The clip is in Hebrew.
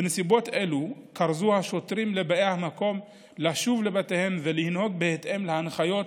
בנסיבות אלו כרזו השוטרים לבאי המקום לשוב לבתיהם ולנהוג בהתאם להנחיות,